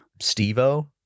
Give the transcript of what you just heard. steve-o